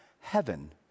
heaven